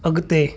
अॻिते